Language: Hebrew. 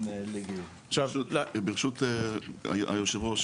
לגיור עכשיו --- ברשות יושב הראש,